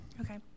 Okay